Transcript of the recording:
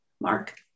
Mark